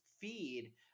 feed